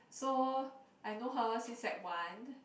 so I know her since sec one